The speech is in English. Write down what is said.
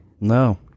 No